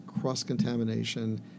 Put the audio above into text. cross-contamination